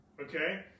Okay